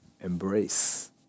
embrace